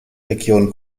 region